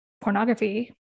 pornography